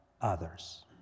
others